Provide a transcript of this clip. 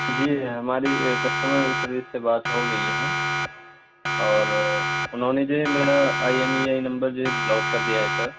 جی ہماری customer service سے بات ہو گئی ہے اور اُنہوں نے جو ہے میرا آئی ایم ای آئی نمبر جو ہے بلاک کر دیا ہے سر